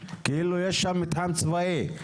כאילו יש שם מתחם צבאי.